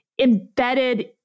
embedded